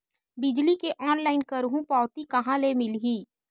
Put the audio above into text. बिजली के ऑनलाइन करहु पावती कहां ले मिलही?